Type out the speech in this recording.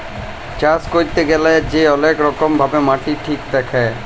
চাষ ক্যইরতে গ্যালে যে অলেক রকম ভাবে মাটি ঠিক দ্যাখে